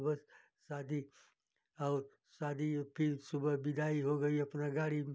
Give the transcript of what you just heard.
वह शादी और शादी फिर सुबह विदाई हो गई अपना गाड़ी में